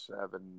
seven